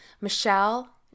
Michelle